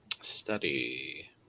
Study